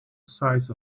size